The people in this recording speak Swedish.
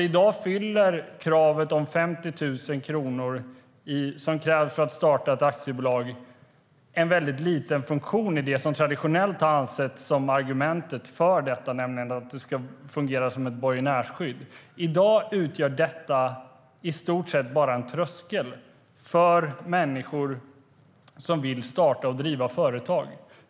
I dag fyller kravet om 50 000 kronor för start av aktiebolag en väldigt liten funktion som borgenärsskydd, vilket traditionellt har ansetts vara argumentet för detta. I dag utgör detta i stort sett bara en tröskel för människor som vill starta och driva företag.